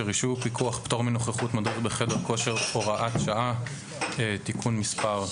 (רישוי ופיקוח)(פטור מנוכחות מדריך בחדר כושר)(הוראת שעה)(תיקון מס...),